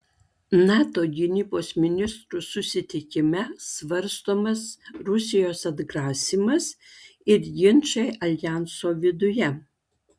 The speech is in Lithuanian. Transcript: nato gynybos ministrų susitikime svarstomas rusijos atgrasymas ir ginčai aljanso viduje